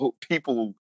people